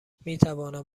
میتوانم